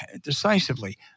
decisively –